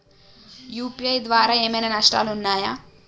UPI ద్వారా ఏమైనా నష్టాలు ఉన్నయా?